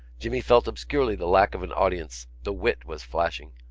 jimmy felt obscurely the lack of an audience the wit was flashing.